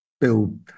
build